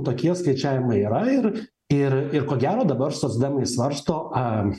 tokie skaičiavimai yra ir ir ir ko gero dabar socdemai svarsto